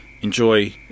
enjoy